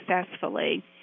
successfully